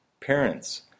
Parents